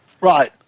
Right